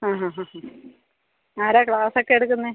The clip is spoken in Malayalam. ആ ഹാ ഹാ ഹാ ആരാ ക്ലാസ് ഒക്കെ എടുക്കുന്നത്